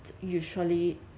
usually